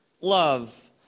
love